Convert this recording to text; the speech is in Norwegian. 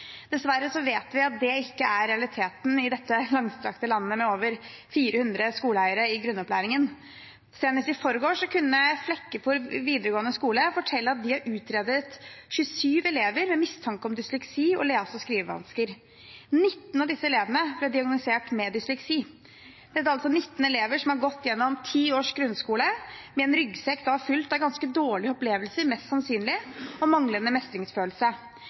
Dessverre vet vi at det ikke er realiteten i dette langstrakte landet med over 400 skoleeiere i grunnopplæringen. Senest i forgårs kunne Flekkefjord videregående skole fortelle at de har utredet 27 elever med mistanke om dysleksi og lese- og skrivevansker. 19 av disse elevene ble diagnostisert med dysleksi. Dette er altså 19 elever som har gått gjennom ti års grunnskole – mest sannsynlig med en ryggsekk fylt av ganske dårlige opplevelser og manglende mestringsfølelse.